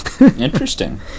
Interesting